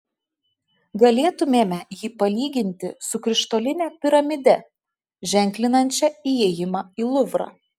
galėtumėme jį palyginti su krištoline piramide ženklinančia įėjimą į luvrą